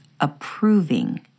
approving